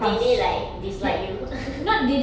did they like dislike you